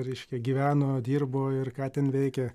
reiškia gyveno dirbo ir ką ten veikė